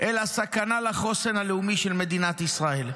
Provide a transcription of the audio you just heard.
אלא סכנה לחוסן הלאומי של מדינת ישראל,